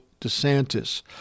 DeSantis